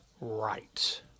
right